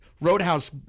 roadhouse